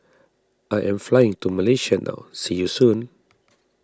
I am flying to Malaysia now see you soon